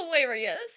Hilarious